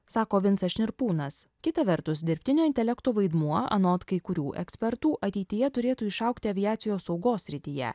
sako vincas šnirpūnas kita vertus dirbtinio intelekto vaidmuo anot kai kurių ekspertų ateityje turėtų išaugti aviacijos saugos srityje